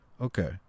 Okay